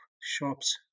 shops